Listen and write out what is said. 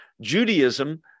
Judaism